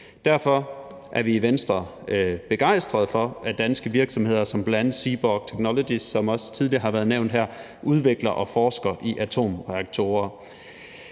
Derfor er vi i Venstre begejstrede for, at danske virksomheder som bl.a. Seaborg Technologies, som også tidligere har været nævnt her, udvikler og forsker i atomreaktorer,